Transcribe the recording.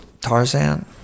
Tarzan